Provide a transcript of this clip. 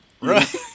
Right